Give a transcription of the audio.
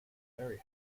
very